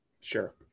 Sure